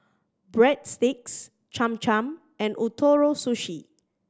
Breadsticks Cham Cham and Ootoro Sushi